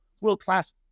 world-class